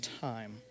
time